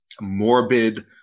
morbid